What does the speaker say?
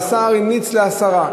והשר המליץ על הסרה.